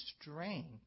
strength